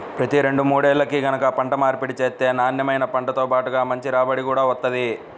ప్రతి రెండు మూడేల్లకి గనక పంట మార్పిడి చేత్తే నాన్నెమైన పంటతో బాటుగా మంచి రాబడి గూడా వత్తది